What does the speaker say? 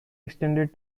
extended